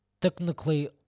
Technically